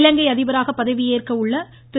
இலங்கை அதிபராக பதவியேற்க உள்ள திரு